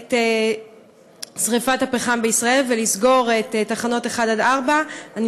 את שרפת הפחם בישראל ולסגור את תחנות 1 4. אני